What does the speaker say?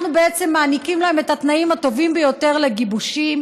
אנחנו בעצם מעניקים להם את התנאים הטובים ביותר לגיבושים.